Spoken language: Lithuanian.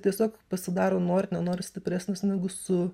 tiesiog pasidaro nori nenori stipresnis negu su